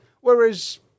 Whereas